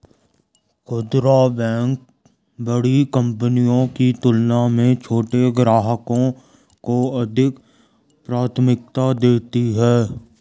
खूदरा बैंक बड़ी कंपनियों की तुलना में छोटे ग्राहकों को अधिक प्राथमिकता देती हैं